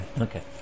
Okay